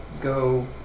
go